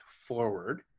forward